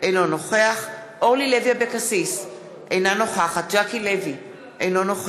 לא תמצאו אותם ברשויות האיתנות,